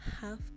half